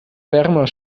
wärmer